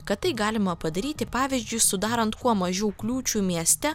kad tai galima padaryti pavyzdžiui sudarant kuo mažiau kliūčių mieste